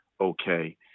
okay